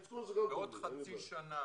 בעוד חצי שנה